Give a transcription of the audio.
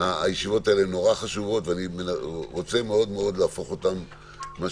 הישיבות האלה הן מאוד חשובות ואני רוצה מאוד להפוך אותן לפרקטיות,